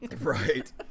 Right